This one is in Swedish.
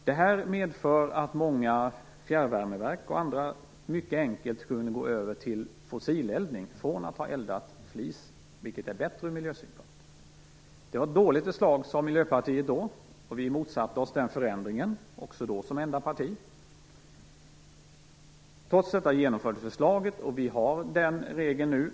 Det här medförde att många fjärrvärmeverk och andra mycket enkelt kunde gå över till fossileldning från att ha eldat flis, vilket är bättre ur miljösynpunkt. Det var ett dåligt förslag, sade Miljöpartiet då, och vi motsatte oss också då som enda parti den förändringen. Trots detta genomfördes förslaget, och vi har den regeln nu.